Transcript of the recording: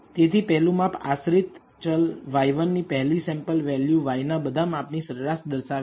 તેથી પહેલું માપ આશ્રિત ચલ y1 ની પહેલી સેમ્પલ વેલ્યુ y ના બધા માપની સરેરાશ દર્શાવે છે